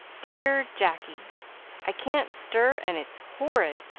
dear jacky i can't stir and it's horrid.